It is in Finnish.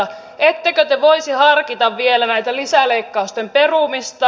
ettekö te voisi harkita vielä näiden lisäleikkausten perumista